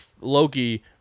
Loki